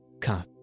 cut